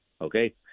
okay